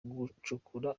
gucukura